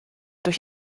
durch